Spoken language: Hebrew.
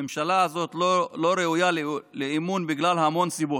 הממשלה הזאת לא ראויה לאמון בגלל המון סיבות,